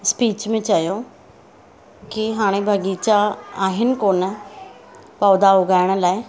speech में चयो की हाणे बाग़ीचा आहिनि कोन पौधा उगाइण लाइ